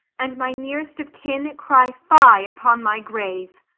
and my near'st of kin cry fie upon my grave!